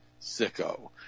sicko